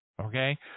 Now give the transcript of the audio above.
Okay